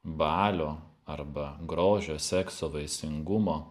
balio arba grožio sekso vaisingumo